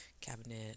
cabinet